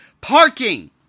parking